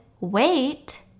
wait